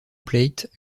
plate